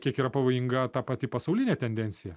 kiek yra pavojinga ta pati pasaulinė tendencija